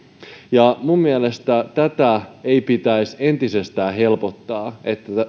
minun mielestäni tätä ei pitäisi entisestään helpottaa että näitä